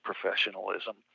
professionalism